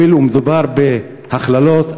הואיל ומדובר בהכללות,